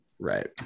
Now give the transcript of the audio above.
right